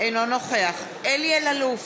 אינו נוכח אלי אלאלוף,